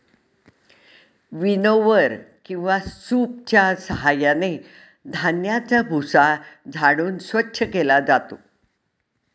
विनओवर किंवा सूपच्या साहाय्याने धान्याचा भुसा झाडून स्वच्छ केला जातो